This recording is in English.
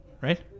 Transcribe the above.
right